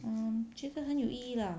um 觉得很有意义 lah